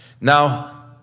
Now